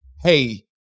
hey